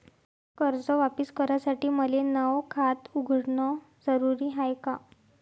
कर्ज वापिस करासाठी मले नव खात उघडन जरुरी हाय का?